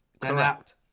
Correct